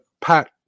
Pat